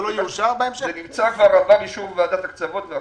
זה נמצא, כבר עבר אישור ועדת הקצבות והכול.